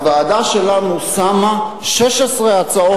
הוועדה שלנו שמה 16 הצעות חוק,